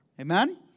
Amen